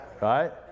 Right